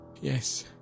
Yes